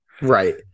Right